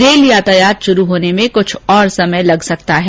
rail यातायात शुरू होने में कुछ समय लग सकता है